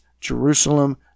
Jerusalem